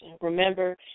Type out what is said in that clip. Remember